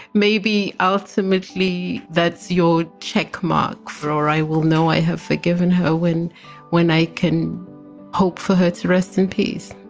maybe ultimately that's your check mark, or i will know i have forgiven her when when i can hope for her to rest in peace